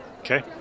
Okay